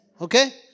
Okay